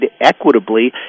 equitably